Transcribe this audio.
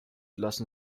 lassen